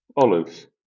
Olives